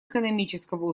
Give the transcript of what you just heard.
экономического